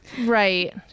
Right